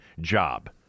job